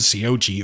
COG